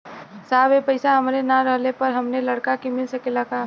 साहब ए पैसा हमरे ना रहले पर हमरे लड़का के मिल सकेला का?